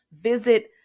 Visit